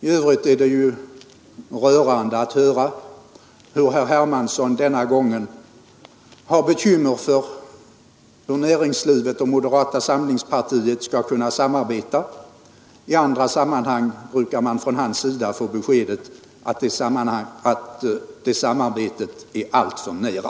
I övrigt är det rörande att höra hur herr Hermansson denna gång har bekymmer för hur näringslivet och moderata samlingspartiet skall kunna samarbeta. I andra sammanhang brukar man från hans sida få beskedet att det samarbetet är alltför nära.